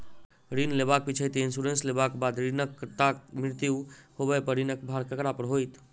ऋण लेबाक पिछैती इन्सुरेंस लेबाक बाद ऋणकर्ताक मृत्यु होबय पर ऋणक भार ककरा पर होइत?